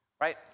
right